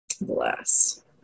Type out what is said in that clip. Bless